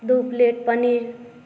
दू प्लेट पनीर